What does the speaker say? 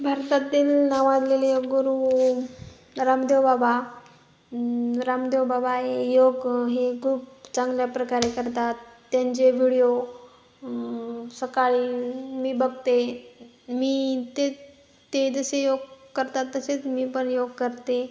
भारतातील नावाजलेले योगगुरु रामदेव बाबा रामदेव बाबा हे योग हे खूप चांगल्या प्रकारे करतात त्यांचे व्हिडिओ सकाळी मी बघते मी ते ते जसे योग करतात तसेेच मी पण योग करते